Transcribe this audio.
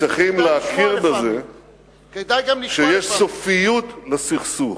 הם צריכים להכיר בזה שיש סופיות לסכסוך,